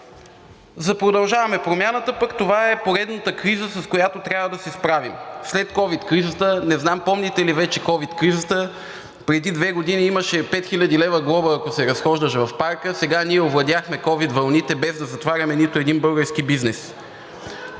За „Продължаваме Промяната“ това е поредната криза, с която трябва да се справим. След ковид кризата – не знам помните ли вече ковид кризата, преди две години имаше 5000 лв. глоба, ако се разхождаш в парка, а сега ние овладяхме ковид вълните, без да затваряме нито един български бизнес.